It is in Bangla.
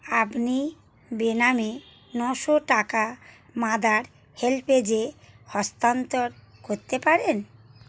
আপনি বেনামে নশো টাকা মাদার হেল্পেজে হস্তান্তর করতে পারেন